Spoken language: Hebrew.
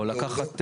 או לקחת